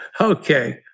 Okay